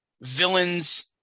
villains